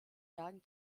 jagen